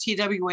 TWA